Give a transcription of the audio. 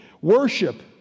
worship